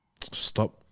stop